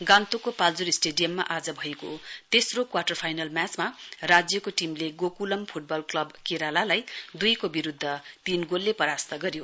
गान्तोकको पाल्जोर स्टेडियममा आज भएको तेस्रो क्वाटर फाइनल म्याचमा राज्यको टीमले गोकुलम फुटबल क्लब केरालालाई दुईको विरूद्ध तीन गोलले परास्त गर्यो